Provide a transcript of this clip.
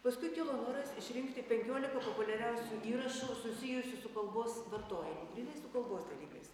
paskui kilo noras išrinkti penkiolika populiariausių įrašų susijusių su kalbos vartojimu grynai su kalbos dalykais